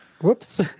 Whoops